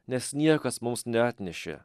nes niekas mums neatnešė